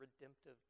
redemptive